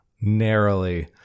narrowly